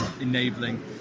enabling